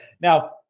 Now